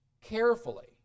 carefully